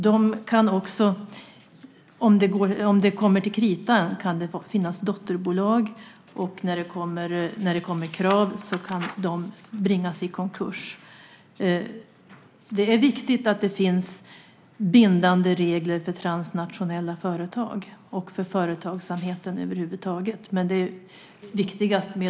De kan ha dotterbolag som kan bringas i konkurs om det kommer krav. Det är viktigt att det finns bindande regler för transnationella företag och för företagsamheten över huvud taget.